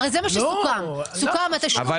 הרי זה מה שסוכם, סוכם התשלום הראשון --- לא.